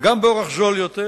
וגם באורח זול יותר.